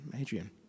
Adrian